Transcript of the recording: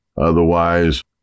Otherwise